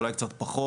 אולי קצת פחות.